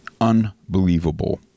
Unbelievable